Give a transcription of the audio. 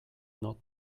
not